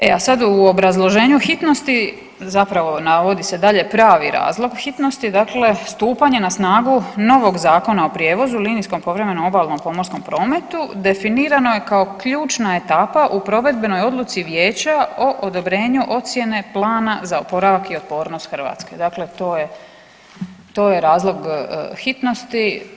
E a sad u obrazloženju hitnosti zapravo navodi se dalje pravi razlog hitnosti, dakle stupanja na snagu novog Zakona o prijevozu linijskog povremeno obalnom pomorskom prometu definirano je kao ključna etapa u provedbenoj odluci Vijeća o odobrenju ocjene plana za oporavak i otpornost Hrvatske, dakle to je razlog hitnosti.